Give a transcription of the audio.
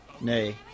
Nay